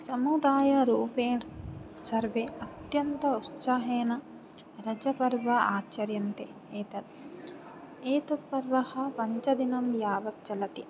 समुदायरूपेण सर्वे अत्यन्त उत्साहेन रजपर्व आचर्यन्ते एतद् एतद् पर्व पञ्च दिनं यावत् चलति